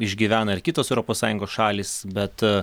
išgyvena ir kitos europos sąjungos šalys bet